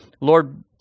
Lord